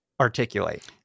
articulate